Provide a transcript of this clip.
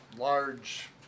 large